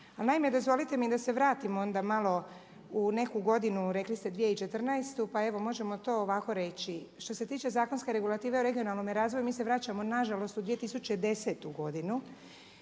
naime, dozvolite mi da se vratim onda malo u neku godinu rekli ste 2014. pa evo možemo to ovako reći. Što se tiče zakonske regulative o regionalnome razvoju mi se vraćamo na žalost u 2010. godinu